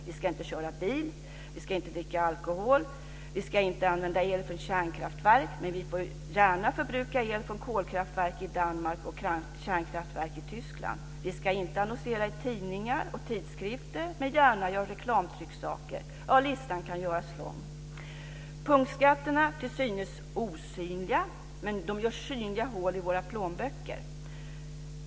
Vi ska inte köra bil, vi ska inte dricka alkohol, vi ska inte använda el från kärnkraftverk, men vi får gärna förbruka el från kolkraftverk i Danmark och från kärnkraftverk i Tyskland. Vi ska inte annonsera i tidningar och tidskrifter, men gärna framställa reklamtrycksaker - ja, listan kan göras lång. Punktskatterna är till synes osynliga, men de gör synliga hål i våra plånböcker.